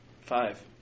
five